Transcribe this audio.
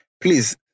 please